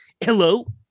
Hello